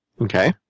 Okay